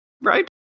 Right